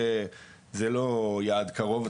זה לא יעד קרוב,